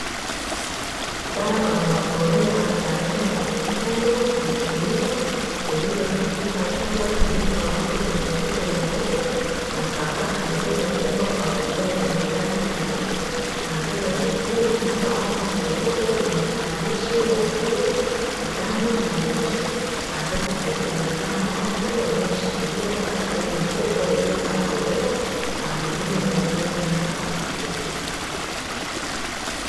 Dawa na mbolea za aina ya mifugo na kilimo zilizo katika chumba kilicho wazi chenye kuta nyeupe na sakafu iliyoezekwa kwa vigae vyenye rangi nyeupe, na mbele kukiwa na bango leupe lenye maandishi ya bluu, njano na nyeusi na huku kukionekana watu walioshikilia baadhi ya mifuko iliyo na mbolea na madumu yaliyo na dawa hiyo.